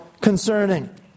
concerning